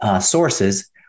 sources